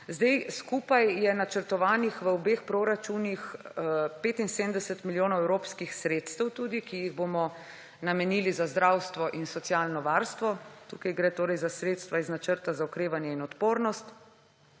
Skupaj je načrtovanih v obeh proračunih tudi 75 milijonov evropskih sredstev, ki jih bomo namenili za zdravstvo in socialno varstvo. Tukaj gre torej za sredstva iz Načrta za okrevanje in odpornost.